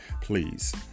Please